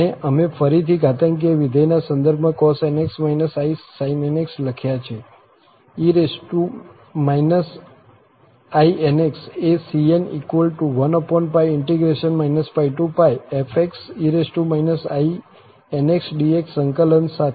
અને અમે ફરીથી ઘાતાંકીય વિધેયના સંદર્ભમાં cos⁡nx isin⁡nx લખ્યા છે e inx એ cn12∫ fe inxdx સંકલન સાથે